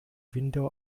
window